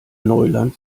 neuland